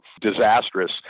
Disastrous